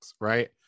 right